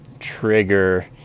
trigger